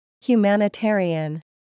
Humanitarian